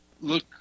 look